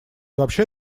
вообще